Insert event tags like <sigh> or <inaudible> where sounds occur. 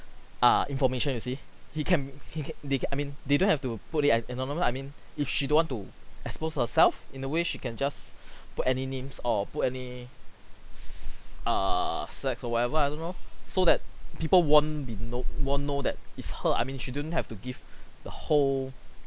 err information you see he can he can they I mean they don't have to put it as anonymous I mean if she don't want to expose herself in a way she can just <breath> put any names or put any s~ err sex or whatever I don't know so that people won't be know won't know that it's her I mean she don't have to give the whole